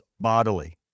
bodily